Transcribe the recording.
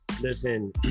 listen